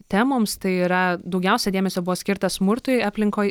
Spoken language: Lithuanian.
temoms tai yra daugiausia dėmesio buvo skirta smurtui aplinkoj